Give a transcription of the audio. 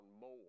more